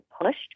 pushed